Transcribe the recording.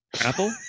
Apple